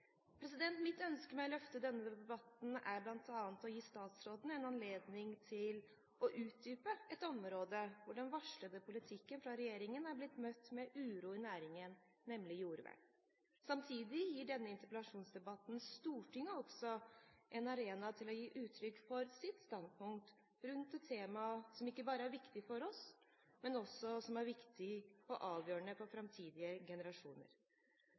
å løfte denne debatten er bl.a. å gi statsråden en anledning til å utdype et av områdene der den varslede politikken fra regjeringen har blitt møtt med uro i næringen, nemlig jordvern. Samtidig gir denne interpellasjonsdebatten Stortinget en arena til å gi uttrykk for sitt standpunkt rundt et tema som ikke bare er viktig for oss, men som også er viktig og avgjørende for framtidige generasjoner.